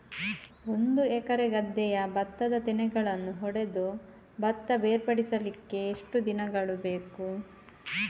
ಒಂದು ಎಕರೆ ಗದ್ದೆಯ ಭತ್ತದ ತೆನೆಗಳನ್ನು ಹೊಡೆದು ಭತ್ತ ಬೇರ್ಪಡಿಸಲಿಕ್ಕೆ ಎಷ್ಟು ದಿನಗಳು ಬೇಕು?